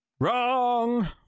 Wrong